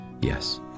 Yes